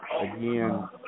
again